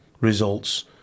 results